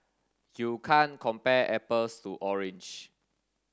you can't compare apples to orange